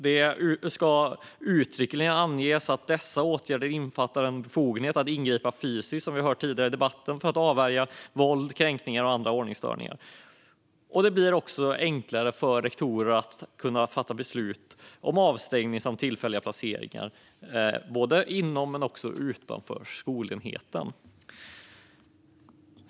Det ska uttryckligen anges att dessa åtgärder innefattar en befogenhet att ingripa fysiskt, vilket vi hört tidigare i debatten, för att avvärja våld, kränkningar eller andra ordningsstörningar. Det ska även bli enklare för rektorer att besluta om avstängning samt tillfällig placering både inom och utanför skolenheten.